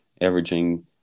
averaging